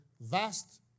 vast